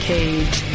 Cage